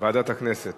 לוועדת הכלכלה